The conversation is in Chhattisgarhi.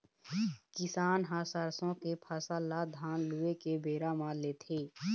किसान ह सरसों के फसल ल धान लूए के बेरा म लेथे